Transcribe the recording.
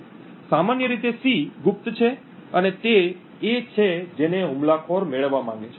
સામાન્ય રીતે c ગુપ્ત છે અને તે એ છે જેને હુમલાખોર મેળવવા માંગે છે